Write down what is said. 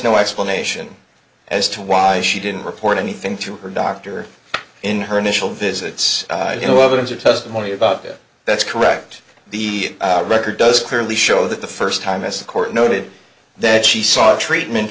no explanation as to why she didn't report anything to her doctor in her initial visits you know evidence or testimony about it that's correct the record does clearly show that the first time as the court noted that she sought treatment